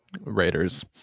Raiders